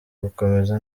gukomeza